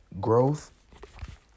growth